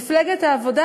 מפלגת העבודה,